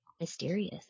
Mysterious